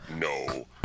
No